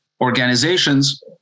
organizations